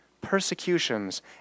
persecutions